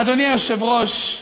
אדוני היושב-ראש,